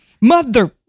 mother